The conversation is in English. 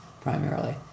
primarily